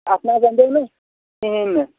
اَتھ نہ حظ اَندیو نہٕ کِہیٖنۍ نہٕ